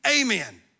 amen